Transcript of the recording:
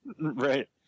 right